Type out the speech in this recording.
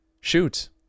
Shoot